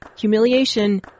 Humiliation